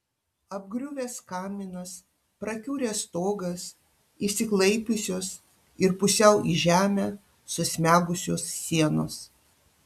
apgriuvęs kaminas prakiuręs stogas išsiklaipiusios ir pusiau į žemę susmegusios sienos